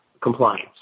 compliance